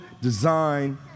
design